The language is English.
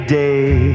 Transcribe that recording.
day